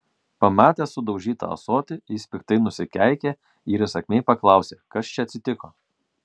pamatęs sudaužytą ąsotį jis piktai nusikeikė ir įsakmiai paklausė kas čia atsitiko